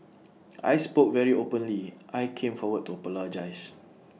I spoke very openly I came forward to apologise